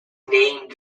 named